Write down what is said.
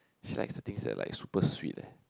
she likes the things that like super sweet eh